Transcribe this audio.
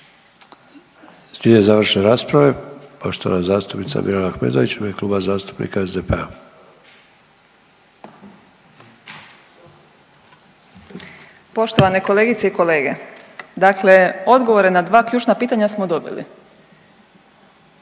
Slijede završne rasprave. Poštovana zastupnica Mirela Ahmetović u ime kluba zastupnika SDP-a. **Ahmetović, Mirela (SDP)** Poštovane kolegice i kolege, dakle odgovore na dva ključna pitanja smo dobili.